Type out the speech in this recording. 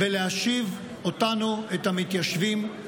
להשיב אותנו, את המתיישבים,